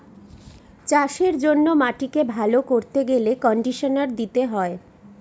চাষের জন্য মাটিকে ভালো করতে গেলে কন্ডিশনার দিতে হয়